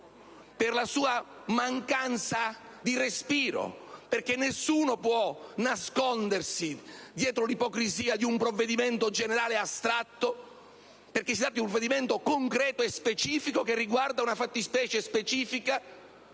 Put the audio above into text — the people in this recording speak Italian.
per la mancanza di respiro: nessuno può nascondersi dietro l'ipocrisia di un provvedimento generale e astratto, perché si tratta di un provvedimento concreto e specifico che riguarda una fattispecie specifica,